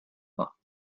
pas